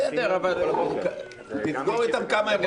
בסדר, אבל תסגור איתם כמה הם רוצים.